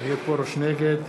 נגד